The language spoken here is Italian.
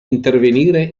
intervenire